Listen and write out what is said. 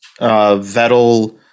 Vettel